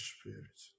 Spirit